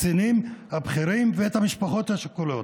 הקצינים הבכירים ואת המשפחות השכולות.